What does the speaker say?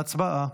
הצבעה.